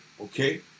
okay